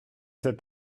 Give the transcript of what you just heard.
cet